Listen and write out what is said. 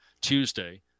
tuesday